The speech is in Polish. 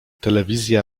telewizja